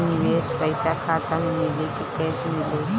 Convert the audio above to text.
निवेश पइसा खाता में मिली कि कैश मिली?